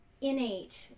innate